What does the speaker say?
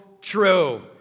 true